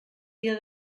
dia